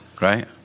right